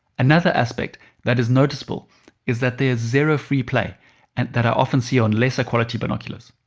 another aspect that is noticeable is that there is zero free-play and that i often see on lesser quality binoculars.